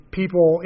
people